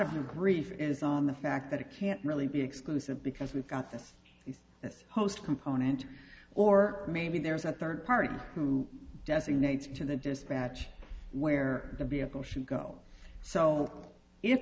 of grief is on the fact that it can't really be exclusive because we've got this that's host component or maybe there's a third party who designates to the dispatch where the vehicle should go so